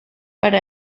per